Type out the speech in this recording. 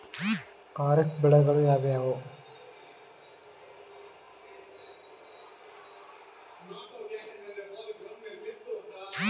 ಖಾರಿಫ್ ಬೆಳೆಗಳು ಯಾವುವು?